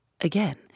Again